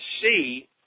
see